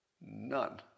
None